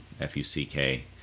F-U-C-K